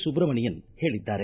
ಸುಬ್ರಮಣಿಯನ್ ಹೇಳಿದ್ದಾರೆ